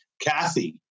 Kathy